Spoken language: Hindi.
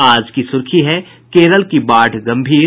आज की सुर्खी है केरल की बाढ़ गंभीर